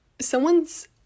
someone's